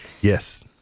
yes